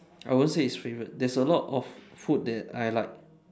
I won't say it's favorite there's a lot of food that I like